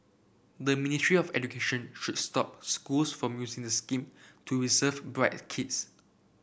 the Ministry of Education should stop schools from using the scheme to reserve bright kids